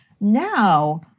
Now